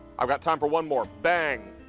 i've got time for one more, bang.